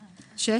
"6.